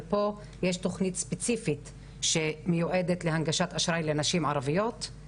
ופה יש תוכנית ספציפית שמיועדת להנגשת אשראי לנשים ערביות,